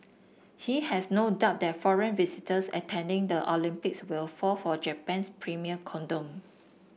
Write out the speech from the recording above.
he has no doubt that foreign visitors attending the Olympics will fall for Japan's premium condom